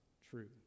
true